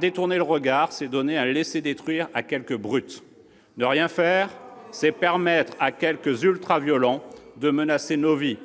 Détourner le regard, c'est donner un laisser-détruire à quelques brutes. Qualifiez-les autrement ! Ne rien faire, c'est permettre à quelques ultra-violents de menacer nos vies,